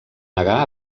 negar